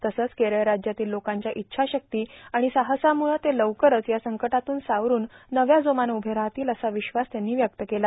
तसंच केरळ राज्यातील लोकांच्या इच्छाशक्ती आणि साहसामुळं ते लवकरच या संकटातून सावरून नव्या जोमानं उभे राहतील असा विश्वास त्यांनी व्यक्त केला